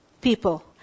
people